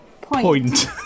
point